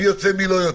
מי יוצא, מי לא יוצא.